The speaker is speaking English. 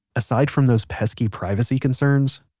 aside from those pesky privacy concerns,